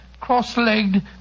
cross-legged